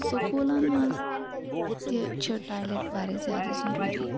سکوٗلَن منٛز تہِ چھِ ٹالیٹ واریاہ زیادٕ ضروٗری